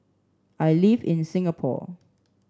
I live in Singapore